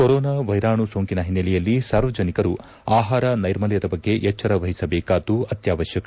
corona ವೈರಾಣು ಸೋಂಕಿನ ಹಿನ್ನೆಲೆಯಲ್ಲಿ ಸಾರ್ವಜನಿಕರು ಆಹಾರ ನೈರ್ಮಲ್ಯದ ಬಗ್ಗೆ ಎಚ್ಚರ ವಹಿಸಬೇಕಾದ್ದು ಅತ್ಯಾವಶಕ